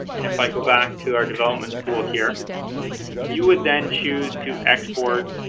and if i go back to our development tool here you would then choose to export